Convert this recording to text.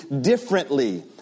differently